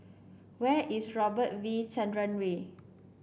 where is Robert V Chandran Way